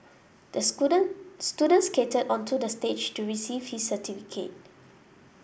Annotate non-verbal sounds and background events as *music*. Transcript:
the *unintelligible* student skated onto the stage to receive his certificate